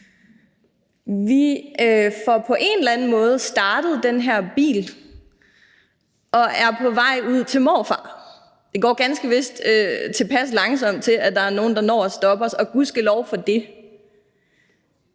Vi får på en eller anden måde startet den her bil og er på vej ud til morfar, og det går ganske vist tilpas langsomt til, at der er nogen, der når at stoppe os, og gudskelov for det.